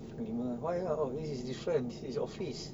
why ah this is different this is office